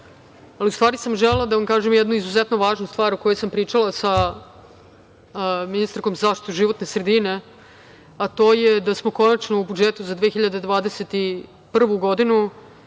ali u stvari sam želela da vam kažem jednu izuzetno važnu stvar o kojoj sam pričala sa ministarkom za zaštitu životne sredine, a to je da smo konačno u budžetu za 2021. godinu